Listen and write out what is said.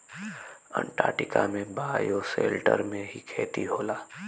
Antarctica में bioshelter में ही खेती होला